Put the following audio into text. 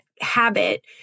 habit